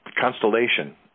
constellation